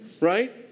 Right